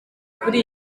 kuri